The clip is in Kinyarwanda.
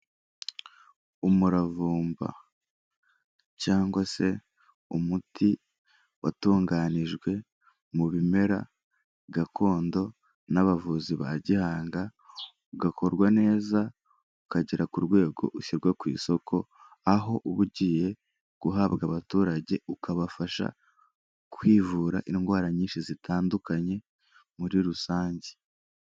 Umuravumba cyangwa se umuti watunganijwe mu bimera gakondo n'abavuzi ba gihanga, ugakorwa neza ukagera ku rwego ushyirwa ku isoko aho uba ugiye guhabwa abaturage ukabafasha kwivura indwara nyinshi zitandukanye muri rusange.